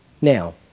Now